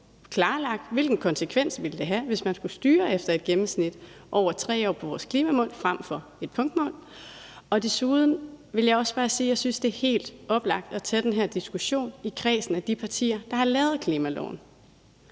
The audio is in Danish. hvilken konsekvens det vil have, hvis man skulle styre efter et gennemsnit over 3 år for vores klimamål frem for et punktmål. Og desuden vil jeg også bare sige, at jeg synes, det er helt oplagt at tage den her diskussion i kredsen af de partier, der har lavet klimaloven.